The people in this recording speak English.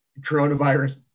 coronavirus